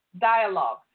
dialogue